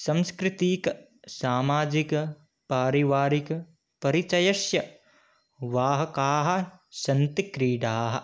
सांस्कृतिकसामाजिकपारिवारिकपरिचयस्य वाहकाः सन्ति क्रीडाः